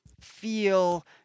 feel